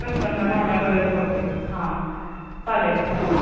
प्रसन्न राहायला मदत होते हां चालेल चालेल